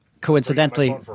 Coincidentally